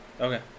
Okay